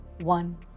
one